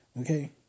okay